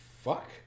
fuck